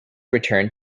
returned